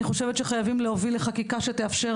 אני חושבת שחייבים להוביל לחקיקה שתאפשר